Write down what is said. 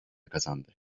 kazandı